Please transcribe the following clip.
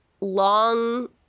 long